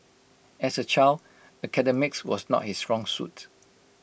as A child academics was not his strong suit